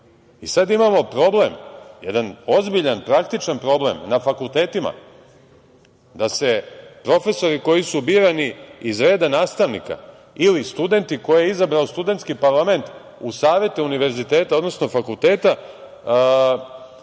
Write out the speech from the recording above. Sada imamo problem, jedan ozbiljan, praktičan problem na fakultetima, da se profesori koji su birani iz reda nastavnika ili studenti koje je izabrao studentski parlament u savete univerziteta odnosno fakulteta